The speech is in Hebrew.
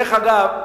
דרך אגב,